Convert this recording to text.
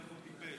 משפט לסיום.